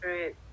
right